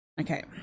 okay